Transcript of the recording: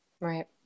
Right